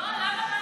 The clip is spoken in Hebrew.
לא, למה?